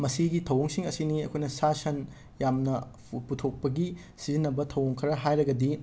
ꯃꯁꯤꯒꯤ ꯊꯧꯑꯣꯡꯁꯤꯡ ꯑꯁꯤꯅꯤ ꯑꯩꯈꯣꯏꯅ ꯁꯥ ꯁꯟ ꯌꯥꯝꯅ ꯐ ꯄꯨꯊꯣꯛꯄꯒꯤ ꯁꯤꯖꯤꯟꯅꯕ ꯊꯧꯑꯣꯡ ꯈꯔ ꯍꯥꯏꯔꯒꯗꯤ